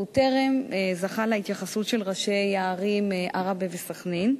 שטרם זכה להתייחסות של ראשי הערים עראבה וסח'נין,